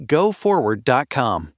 GoForward.com